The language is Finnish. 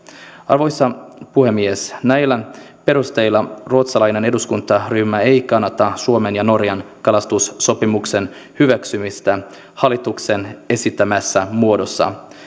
arvoisa puhemies näillä perusteilla ruotsalainen eduskuntaryhmä ei kannata suomen ja norjan kalastussopimuksen hyväksymistä hallituksen esittämässä muodossa